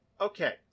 Okay